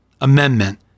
amendment